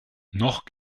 noch